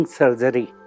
surgery